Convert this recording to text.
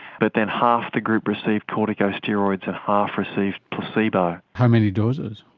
but then half the group received corticosteroids and half received placebo. how many doses?